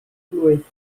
blwydd